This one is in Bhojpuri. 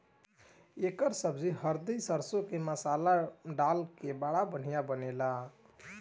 एकर सब्जी हरदी सरसों के मसाला डाल के बड़ा बढ़िया बनेला